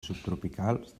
subtropicals